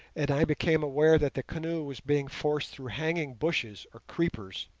and i became aware that the canoe was being forced through hanging bushes or creepers.